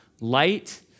Light